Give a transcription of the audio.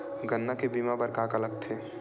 गन्ना के बीमा बर का का लगथे?